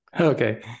Okay